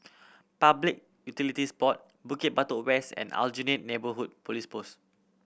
Public Utilities Board Bukit Batok West and Aljunied Neighbourhood Police Post